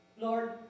Lord